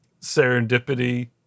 serendipity